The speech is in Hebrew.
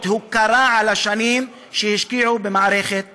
הוקרה על השנים שהשקיעו במערכת החינוך,